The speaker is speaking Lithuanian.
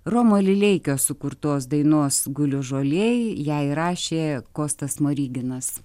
romo lileikio sukurtos dainos guliu žolėj jai įrašė kostas smoriginas